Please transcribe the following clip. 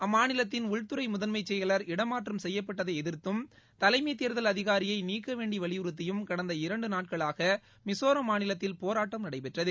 அம்மாநிலத்தின் உள்துறை முதன்மை செயலர் இடமாற்றம் செய்யப்பட்டதை எதிா்த்தும் தலைமை தேர்தல் அதிகாரியை நீக்க வேண்டி வலியுறுத்தியும் கடந்த இரண்டு நாட்களாாக மிசோரம் மாநிலத்தில் போராட்டம் நடைபெற்றது